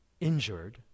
injured